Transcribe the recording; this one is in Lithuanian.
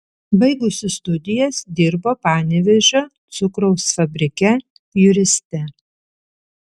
baigusi studijas dirbo panevėžio cukraus fabrike juriste